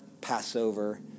Passover